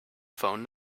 phone